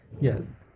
yes